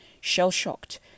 Shell-shocked